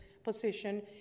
Position